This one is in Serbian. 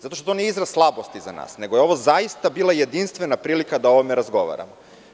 Zato što to nije izraz slabosti za nas, nego je ovo zaista bila jedinstvena prilika da o ovome razgovaramo.